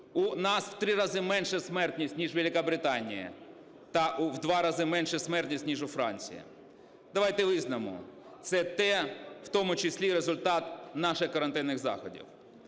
У нас в три рази менше смертність, ніж в Великобританії та в два рази менша смертність, ніж у Франції. Давайте визнаємо: це те, у тому числі і результат наших карантинних заходів.